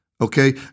Okay